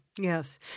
Yes